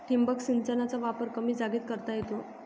ठिबक सिंचनाचा वापर कमी जागेत करता येतो